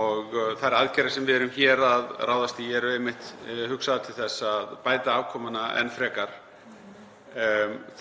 og þær aðgerðir sem við erum hér að ráðast í eru einmitt hugsaðar til þess að bæta afkomuna enn frekar.